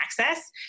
access